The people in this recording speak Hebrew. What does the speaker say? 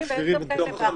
יפה.